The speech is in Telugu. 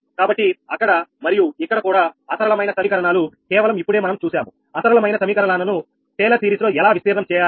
కాబట్టి అక్కడ మరియు ఇక్కడ కూడా అసరళమైన సమీకరణాలు కేవలం ఇప్పుడే మనం చూశాము అసరళమైన సమీకరణాల ను టేలర్ సిరీస్ లో ఎలా విస్తీర్ణం చేయాలి అని